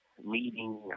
meeting